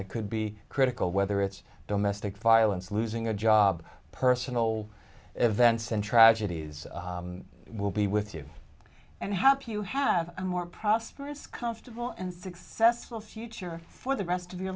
that could be critical whether it's domestic violence losing a job personal events and tragedies will be with you and help you have a more prosperous comfortable and successful future for the rest of your